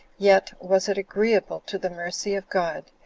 yet, was it agreeable to the mercy of god,